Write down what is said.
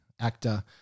actor